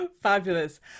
fabulous